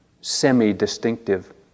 semi-distinctive